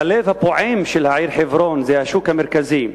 הלב הפועם של העיר חברון זה השוק המרכזי.